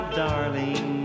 darling